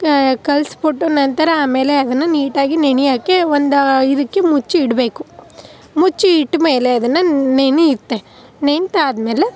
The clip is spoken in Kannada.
ಕಲಸ್ಬಿಟ್ಟು ನಂತರ ಆಮೇಲೆ ಅದನ್ನು ನೀಟಾಗಿ ನೆನೆಯೋಕೆ ಒಂದು ಇದಕ್ಕೆ ಮುಚ್ಚಿ ಇಡಬೇಕು ಮುಚ್ಚಿ ಇಟ್ಟಮೇಲೆ ಅದನ್ನು ನೆನೆಯುತ್ತೆ ನೆಂದಾದ್ಮೇಲೆ